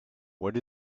what